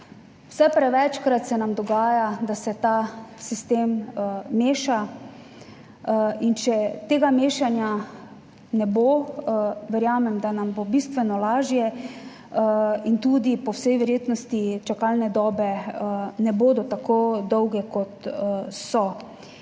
Vse prevečkrat se nam dogaja, da se ta sistem meša. In če tega mešanja ne bo, verjamem, da nam bo bistveno lažje in tudi po vsej verjetnosti čakalne dobe ne bodo tako dolge kot so.